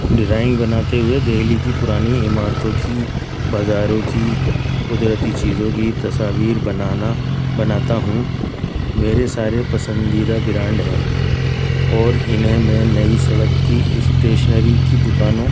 design بناتے ہوئے دہلی کی پرانی عمارتوں کی بازاروں کی قدرتی چیزوں کی تصاویر بنانا بناتا ہوں میرے سارے پسندیدہ برانڈ ہیں اور انہیں میں نئی سڑک کی اسٹیشنری کی دکانوں